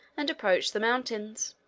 and approached the mountains.